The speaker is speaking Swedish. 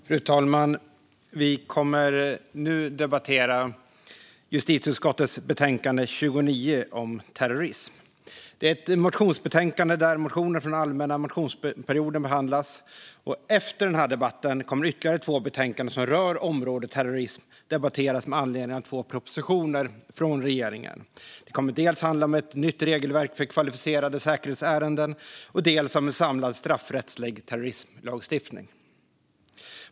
Fru talman! Vi kommer nu att debattera justitieutskottets betänkande 29, om terrorism. Det är ett motionsbetänkande där motioner från allmänna motionstiden behandlas. Efter den här debatten kommer ytterligare två betänkanden som rör området terrorism att debatteras, med anledning av två propositioner från regeringen. Det handlar dels om ett nytt regelverk för kvalificerade säkerhetsärenden, dels om en samlad straffrättslig terrorismlagstiftning.